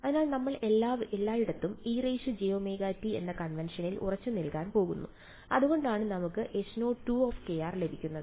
അതിനാൽ നമ്മൾ എല്ലായിടത്തും ejωt എന്ന കൺവെൻഷനിൽ ഉറച്ചുനിൽക്കാൻ പോകുന്നു അതുകൊണ്ടാണ് നമുക്ക് H0 ലഭിക്കുന്നത്